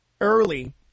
early